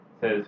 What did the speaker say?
says